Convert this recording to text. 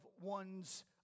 one's